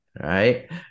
right